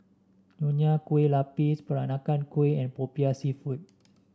Nonya Kueh Lapis Peranakan Kueh and popiah seafood